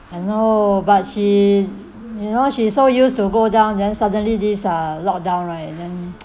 I know but she you know she's so used to go down then suddenly this uh lockdown right and then